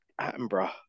Attenborough